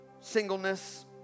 singleness